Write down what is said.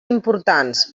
importants